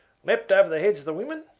leaped over the heads of the women,